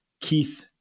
Keith